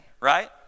right